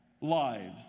lives